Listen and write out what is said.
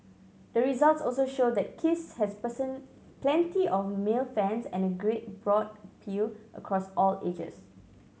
the results also show that Kiss has person plenty of male fans and a great broad appeal across all ages